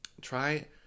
Try